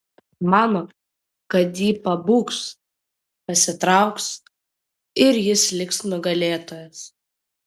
mano kad ji pabūgs pasitrauks ir jis liks nugalėtojas